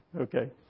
okay